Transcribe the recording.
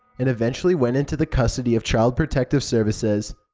and eventually went into the custody of child protective services.